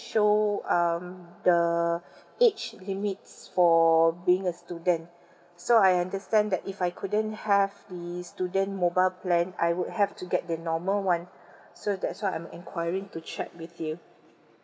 show um the age limits for being a student so I understand that if I couldn't have the student mobile plan I would have to get the normal one so that's why I'm enquiring to check with you